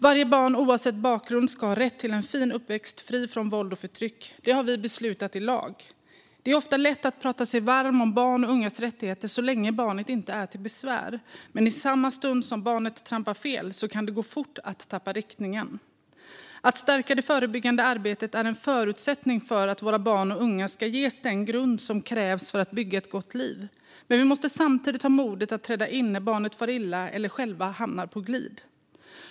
Varje barn, oavsett bakgrund, ska ha rätt till en fin uppväxt som är fri från våld och förtryck - det har vi beslutat i lag. Det är ofta lätt att prata sig varm för barns och ungas rättigheter så länge barnet inte är till besvär, men i samma stund som barnet trampar fel kan det gå fort att tappa riktningen. Att stärka det förebyggande arbetet är en förutsättning för att våra barn och unga ska ges den grund som krävs för att bygga ett gott liv. Men vi måste samtidigt ha modet att träda in när barn far illa eller själva hamnar på glid.